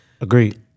Agreed